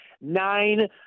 nine